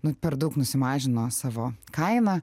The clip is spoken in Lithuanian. nu per daug susimažino savo kainą